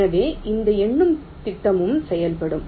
எனவே இந்த எண்ணும் திட்டமும் செயல்படும்